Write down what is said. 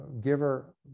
giver